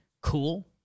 cool